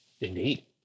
Indeed